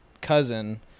cousin